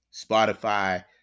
Spotify